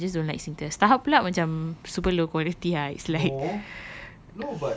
I feel lah just don't like singtel starhub pula macam super low quality ah it's like